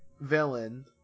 villain